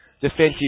defensive